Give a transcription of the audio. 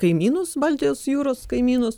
kaimynus baltijos jūros kaimynus